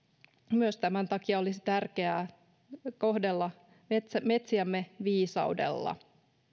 myös tämän takia olisi tärkeää kohdella metsiämme viisaudella